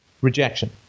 rejection